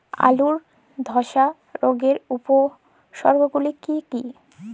আলুর ধসা রোগের উপসর্গগুলি কি কি?